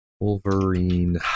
Wolverine